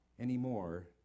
anymore